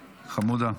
מסירה.